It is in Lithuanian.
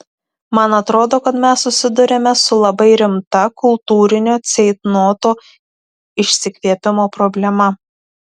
man atrodo kad mes susiduriame su labai rimta kultūrinio ceitnoto išsikvėpimo problema